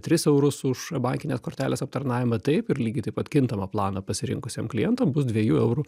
tris eurus už bankinės kortelės aptarnavimą taip ir lygiai taip pat kintamą planą pasirinkusiem klientam bus dviejų eurų